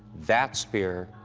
that spear